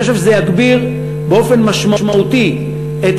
אני חושב שזה יגביר באופן משמעותי את